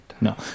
no